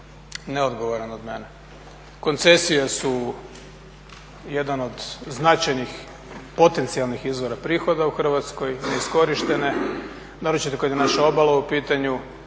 neodgovoran od mene. Koncesije su jedan od značajnijih potencijalnih izvora prihoda u Hrvatskoj, neiskorištene, naročito … obala u pitanju,